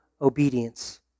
obedience